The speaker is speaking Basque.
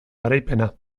garaipena